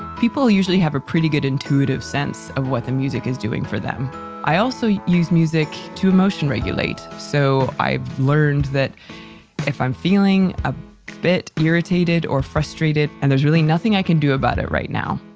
people usually have a pretty good intuitive sense of what the music is doing for them i also use music to emotion regulate. so i've learned that if i'm feeling a bit irritated or frustrated. and there's really nothing i can do about it right now.